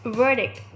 verdict